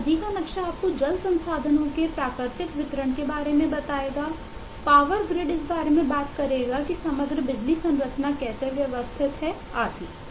एक नदी का नक्शा आपको जल संसाधनों के प्राकृतिक वितरण के बारे में बताएगा पावर ग्रिड इस बारे में बात करेगा कि समग्र बिजली संरचना कैसे व्यवस्थित है आदि